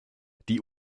die